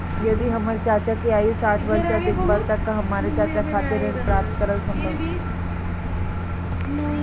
यदि हमर चाचा की आयु साठ वर्ष से अधिक बा त का हमर चाचा खातिर ऋण प्राप्त करल संभव बा